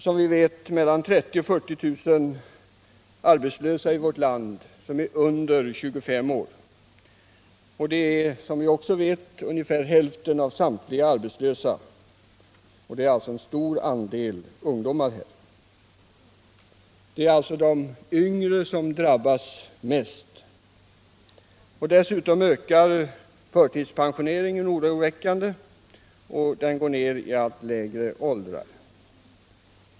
Som vi vet går mellan 30 000 och 40 000 människor under 25 år arbetslösa i vårt land. Det är ungefär hälften av samtliga arbetslösa. I hela gruppen arbetslösa finns alltså en mycket stor andel ungdomar. Det är de yngre som drabbas hårdast. Dessutom ökar förtidspensioneringen oroväckande och går ner i allt lägre åldrar.